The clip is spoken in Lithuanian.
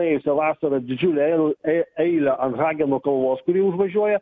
praėjusią vasarą didžiulę eilę ant hageno kalvos kuri užvažiuoja